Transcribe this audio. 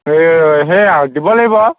এই সেইয়া দিব লাগিব